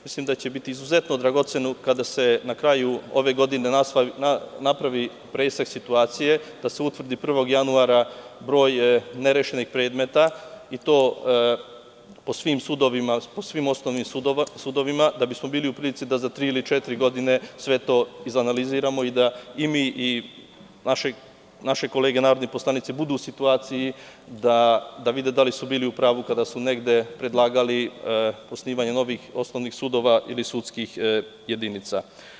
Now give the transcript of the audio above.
Mislim da će biti izuzetno dragoceno kada se na kraju ove godine napravi presek situacije, da se utvrdi 1. januara broj nerešenih predmeta i to po svim osnovnim sudovima, da bismo bili u prilici da za tri ili četiri godine sve to izanaliziramo i da i mi naše kolege narodni poslanici budu u situaciji da vide da li su bili u pravu kada su predlagali osnivanje novih osnovnih sudova ili sudskih jedinica.